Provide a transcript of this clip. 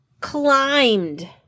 climbed